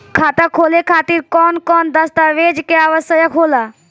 खाता खोले खातिर कौन कौन दस्तावेज के आवश्यक होला?